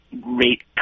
great